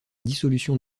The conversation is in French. dissolution